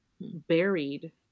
buried